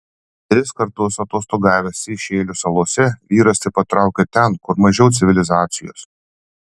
tris kartus atostogavęs seišelių salose vyras taip pat traukė ten kur mažiau civilizacijos